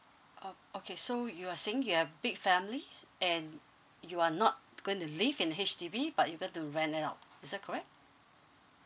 oh okay so you are saying you have big family and you are not going to live in H_D_B but you going to rent it out is that correct